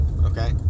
Okay